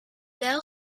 bel